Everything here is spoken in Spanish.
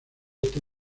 esta